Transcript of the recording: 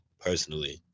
personally